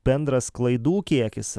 bendras klaidų kiekis